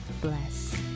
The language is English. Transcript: bless